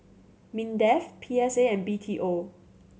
MINDEF P S A and B T O